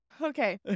Okay